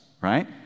Right